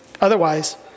Otherwise